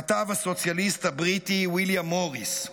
כתב הסוציאליסט הבריטי ויליאם מוריס,